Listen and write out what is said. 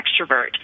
extrovert